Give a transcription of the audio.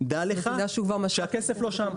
דע לך שהכסף לא שם.